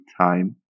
time